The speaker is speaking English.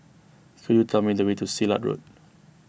could you tell me the way to Silat Road